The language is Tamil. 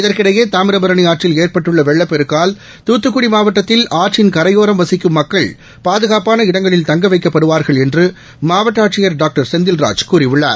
இதற்கிடையே தாமிரபரணி ஆற்றில் ஏற்பட்டுள்ள வெள்ளப்பெருக்கால் தூத்துக்குடி மாவட்டத்தில் ஆற்றின் கரையோரம் வசிக்கும் மக்கள் பாதுகாப்பான இடங்களில் தங்க வைக்கப்படுவார்கள் என்று மாவட்ட ஆட்சியர் டாக்டர் செந்தில்ராஜ் கூறியுள்ளார்